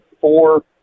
four